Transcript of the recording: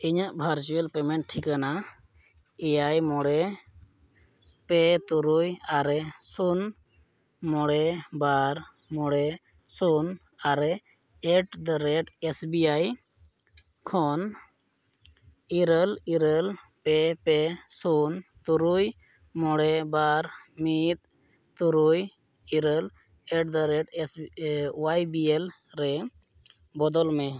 ᱤᱧᱹᱟ virtual payment ᱴᱷᱤᱠᱟᱹᱱᱟ ᱮᱭᱟᱭ ᱢᱚᱬᱮ ᱯᱮ ᱛᱩᱨᱩᱭ ᱟᱨᱮ ᱥᱩᱱ ᱢᱚᱬᱮ ᱵᱟᱨ ᱢᱚᱬᱮ ᱥᱩᱱ ᱟᱨᱮ at the rate S B I ᱠᱷᱚᱱ ᱤᱨᱟᱹᱞ ᱤᱨᱟᱹᱞ ᱯᱮ ᱯᱮ ᱥᱩᱱ ᱛᱩᱨᱩᱭ ᱢᱚᱬᱮ ᱵᱟᱨ ᱢᱤᱫ ᱛᱩᱨᱩᱭ ᱤᱨᱟᱹᱞ at the rate S B Y B L ᱨᱮ ᱵᱚᱫᱚᱞ ᱢᱮ